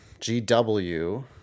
GW